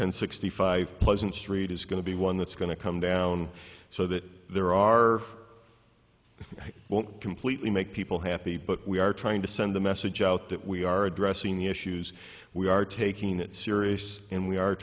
ten sixty five pleasant street is going to be one that's going to come down so that there are won't completely make people happy but we are trying to send the message out that we are addressing the issues we are taking it serious and we are